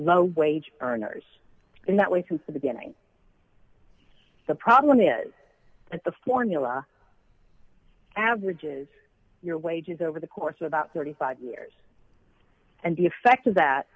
low wage earners in that way since the beginning the problem is that the formula averages your wages over the course of about thirty five years and the effect of that